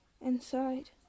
inside